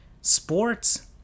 Sports